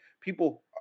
people